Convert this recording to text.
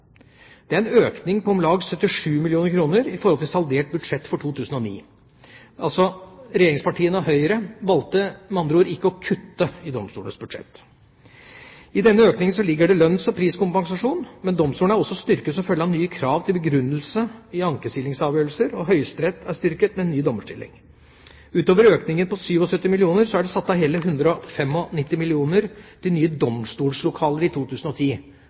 Det er en økning på om lag 77 mill. kr i forhold til saldert budsjett for 2009. Regjeringspartiene og Høyre valgte med andre ord ikke å kutte i domstolenes budsjetter. I denne økningen ligger det lønns- og priskompensasjon. Men domstolene er også styrket som følge av nye krav til begrunnelse i ankeavgjørelser, og Høyesterett er styrket med ny dommerstilling. Utover økningen på 77 mill. kr er det satt av hele 195 mill. kr til nye domstolslokaler i 2010,